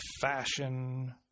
fashion